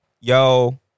Yo